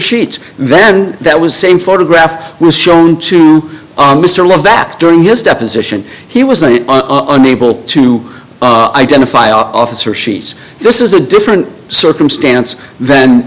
sheets then that was same photograph was shown to mr love that during his deposition he was unable to identify officer sheets this is a different circumstance th